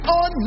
on